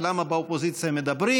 ולמה באופוזיציה הם מדברים.